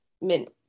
mint